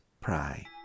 pray